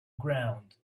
ground